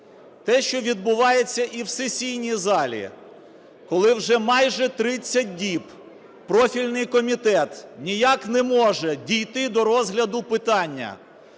Те, що відбувається і в сесійній залі, коли вже майже 30 діб профільний комітет ніяк не може дійти до розгляду питання